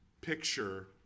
picture